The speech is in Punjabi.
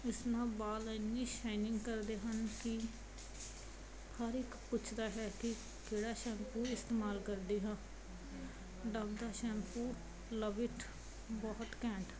ਇਸ ਨਾਲ ਵਾਲ ਇੰਨੀ ਸ਼ਾਈਨਿੰਗ ਕਰਦੇ ਹਨ ਕਿ ਹਰ ਇੱਕ ਪੁੱਛਦਾ ਹੈ ਕਿ ਕਿਹੜਾ ਸ਼ੈਂਪੂ ਇਸਤੇਮਾਲ ਕਰਦੀ ਹਾਂ ਡੱਵ ਦਾ ਸ਼ੈਂਪੂ ਲਵ ਇਟ ਬਹੁਤ ਘੈਂਟ